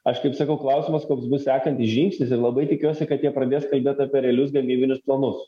aš kaip sakau klausimas koks bus sekantis žingsnis ir labai tikiuosi kad jie pradės kalbėti apie realius gamybinius planus